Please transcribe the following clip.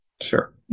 sure